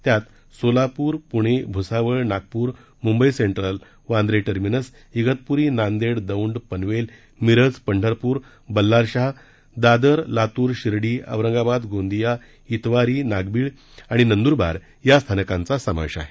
त्यात Solapur Pune Bhusawal Nagpur Mumbai Central Bandra Terminus Igatpuri Nanded Daund Panvel Miraj Pandharpur Ballarshah Dadar Latur Shirdi Aurangabad Gondia Itwari नागबीळ आणि नंदुरबार या स्थानकांचा समावेश आहे